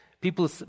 People